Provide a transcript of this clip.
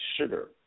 sugar